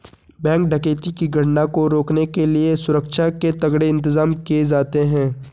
bank डकैती की घटना को रोकने के लिए सुरक्षा के तगड़े इंतजाम किए जाते हैं